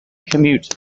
commute